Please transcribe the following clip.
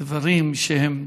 דברים שהם,